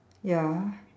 ya